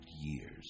years